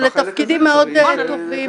זה לתפקידים מאוד טובים.